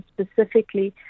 specifically